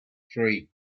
three